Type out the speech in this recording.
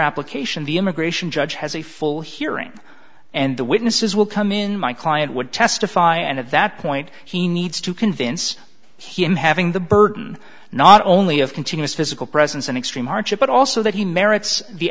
application the immigration judge has a full hearing and the witnesses will come in my client would testify and at that point he needs to convince him having the burden not only of continuous physical presence an extreme hardship but also that he merits the